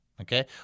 Okay